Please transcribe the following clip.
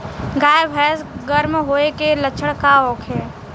गाय भैंस गर्म होय के लक्षण का होखे?